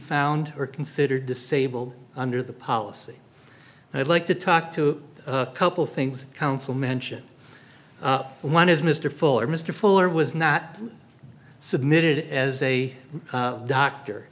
found are considered disabled under the policy and i'd like to talk to a couple things counsel mention one is mr fuller mr fuller was not submitted as a doctor